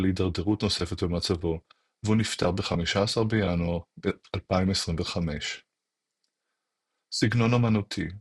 להידרדרות נוספת במצבו והוא נפטר ב-15 בינואר 2025. סגנון אמנותי לינץ'